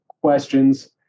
questions